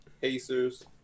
Pacers